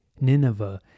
Nineveh